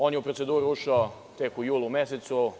On je u proceduru ušao tek u julu mesecu.